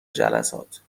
جلسات